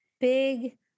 big